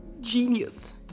genius